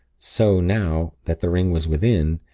so, now that the ring was within,